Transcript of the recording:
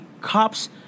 cops